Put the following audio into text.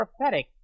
prophetic